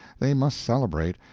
they must celebrate,